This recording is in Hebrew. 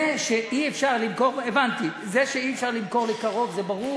זה שאי-אפשר למכור לקרוב זה ברור,